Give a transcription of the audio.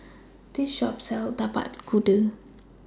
This Shop sells Tapak Kuda